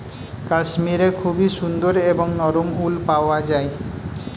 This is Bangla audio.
কাশ্মীরে খুবই সুন্দর এবং নরম উল পাওয়া যায়